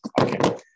Okay